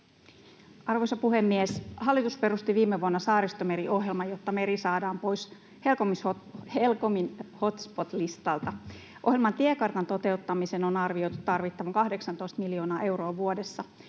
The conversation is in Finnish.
Arvoisa puhemies! Hallitus perusti viime vuonna Saaristomeri-ohjelman, jotta meri saadaan pois HELCOMin hotspot-listalta. Ohjelman tiekartan toteuttamiseen on arvioitu tarvittavan 18 miljoonaa euroa vuodessa.